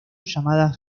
llamada